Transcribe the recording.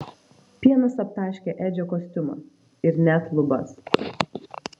pienas aptaškė edžio kostiumą ir net lubas